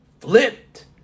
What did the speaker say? flipped